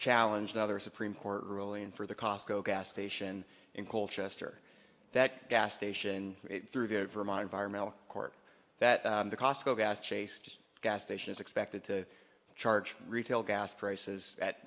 challenged other supreme court ruling for the costco gas station in colchester that gas station in vermont environmental court that the costco gas chased gas station is expected to charge retail gas prices at